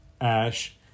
ash